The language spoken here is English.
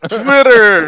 twitter